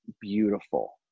beautiful